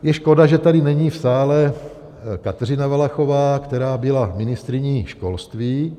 Je škoda, že tady není v sále Kateřina Valachová, která byla ministryní školství.